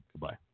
goodbye